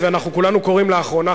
ואנחנו כולנו קוראים לאחרונה,